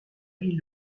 ville